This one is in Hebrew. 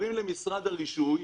אומרים למשרד הרישוי,